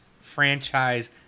franchise